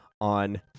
on